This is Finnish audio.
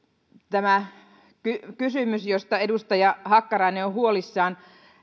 tähän kysymykseen josta edustaja hakkarainen on huolissaan